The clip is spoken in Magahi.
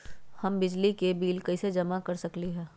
हम बिजली के बिल कईसे जमा कर सकली ह?